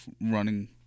running